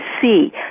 see